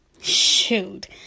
Shoot